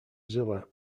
zilla